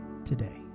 today